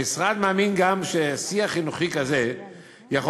המשרד מאמין גם ששיח חינוכי כזה יכול